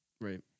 Right